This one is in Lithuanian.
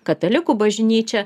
katalikų bažnyčia